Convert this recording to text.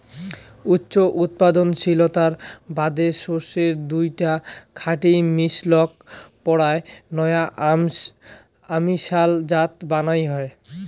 উচ্চ উৎপাদনশীলতার বাদে শস্যের দুইটা খাঁটি মিশলক পরায় নয়া অমিশাল জাত বানান হই